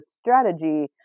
strategy